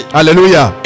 Hallelujah